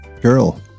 girl